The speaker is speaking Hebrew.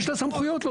יש לה סמכויות להוציא.